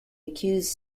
accused